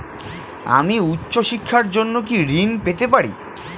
আমি উচ্চশিক্ষার জন্য কি ঋণ পেতে পারি?